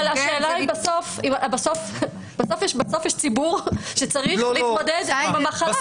אבל בסוף יש ציבור שצריך להתמודד עם המחלה.